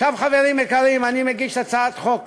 עכשיו, חברים יקרים, אני מגיש הצעת חוק